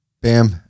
Bam